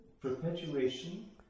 perpetuation